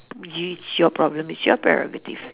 you it's your problem it's your prerogative